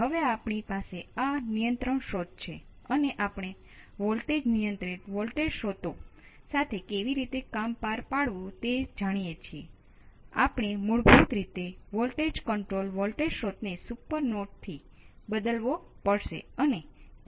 હવે આપણે વિકલન સમીકરણો સાથે એ જ પ્રકારે સામાન્ય રીતે વ્યવહાર નહીં કરીએ અને જો તમે વિકલન સમીકરણોમાં ગણિતનો અભ્યાસક્રમ લો તો એ અલગ રીતે જ હશે